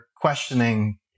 questioning